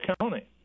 County